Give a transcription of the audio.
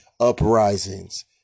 uprisings